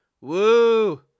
Woo